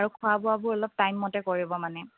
আৰু খোৱা বোৱাবোৰ অলপ টাইম মতে কৰিব মানে